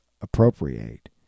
appropriate